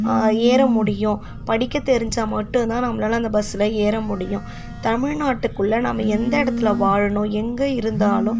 ஏற முடியும் படிக்க தெரிஞ்சால் மட்டும் தான் நம்மளால அந்த பஸ்ஸில் ஏற முடியும் தமிழ்நாட்டுக்குள்ளே நம்ம எந்த இடத்துல வாழணும் எங்கே இருந்தாலும்